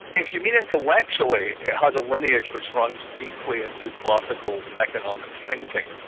if you mean intellectually, it has a lineage which runs deeply into classical economic thinking.